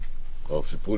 אלהרר.